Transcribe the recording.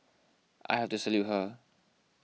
I have to salute her